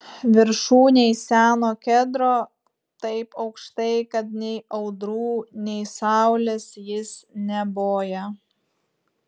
viršūnėj seno kedro taip aukštai kad nei audrų nei saulės jis neboja